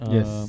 Yes